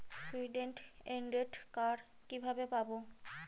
Student credit card কিভাবে পাব?